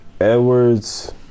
edwards